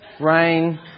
rain